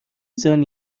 زنی